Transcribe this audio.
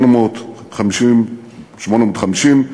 850,